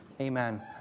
Amen